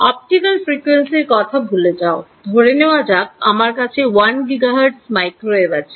optical ফ্রিকুয়েন্সির কথা ভুলে যাও ধরে নেওয়া যাক আমার কাছে 1 gigahertz মাইক্রোওয়েভ আছে